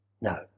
No